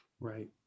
Right